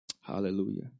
Hallelujah